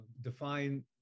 define